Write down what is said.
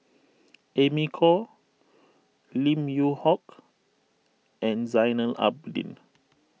Amy Khor Lim Yew Hock and Zainal Abidin